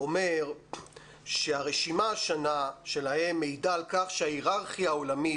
אומר שהרשימה השנה שלהם מעידה על כך שההיררכיה העולמית